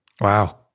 Wow